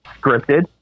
scripted